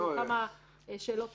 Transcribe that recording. סיימנו את חוק העזר של השילוט,